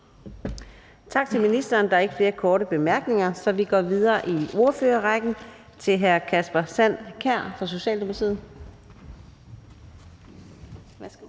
Tak til ministeren. Der er ingen korte bemærkninger. Den første ordfører i ordførerrækken er hr. Kasper Sand Kjær fra Socialdemokratiet.